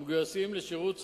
המגויסים לשירות סדיר.